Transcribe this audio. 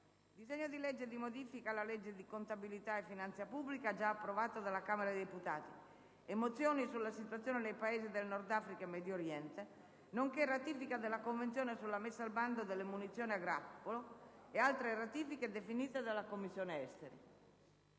disegno di legge di modifica alla legge di contabilità e finanza pubblica, già approvato dalla Camera dei deputati; mozioni sulla situazione nei Paesi del Nord Africa e Medio Oriente; ratifica della Convenzione sulla messa al bando delle munizioni a grappolo; altre ratifiche definite dalla Commissione affari